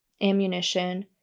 ammunition